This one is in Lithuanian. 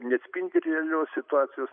neatspindi realios situacijos